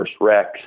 Rex